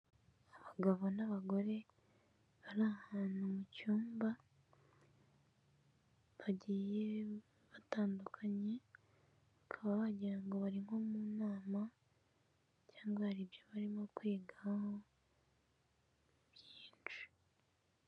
Abagabo n'abagore bari ahantu mu cyumba, bagiye batandukanye, bakaba wagira ngo bari nko mu nama cyangwa hari ibyo barimo kwiga byinshi.